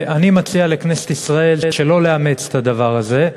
אני מציע לכנסת ישראל שלא לאמץ את הדבר הזה,